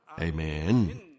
Amen